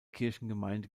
kirchengemeinde